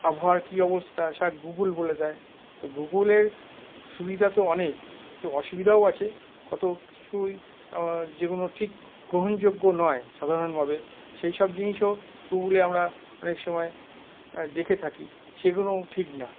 আবহাওয়ার কি অবস্থা গুগল বলে দেয় তো গুগলের সুবিধা তো অনেক তো অসুবিধাও আছে কতো কিছুই যেগুলো ঠিক গ্রহণযোগ্য নয় সাধারণভাবে সেই সব জিনিসও গুগলে আমরা অনেক সময় দেখে থাকি সেগুলোও ঠিক না